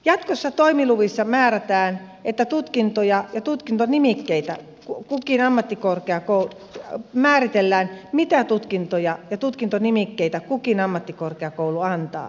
jatkossa toimiluvissa määrätään että tutkintoja ja tutkintonimikkeitä kukin ammattikorkeakoulut määritellään mitä tutkintoja ja tutkintonimikkeitä kukin ammattikorkeakoulu antaa